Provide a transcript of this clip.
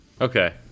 Okay